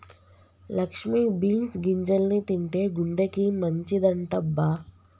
Lakshmi beans గింజల్ని తింటే గుండెకి మంచిదంటబ్బ